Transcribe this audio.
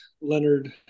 Leonard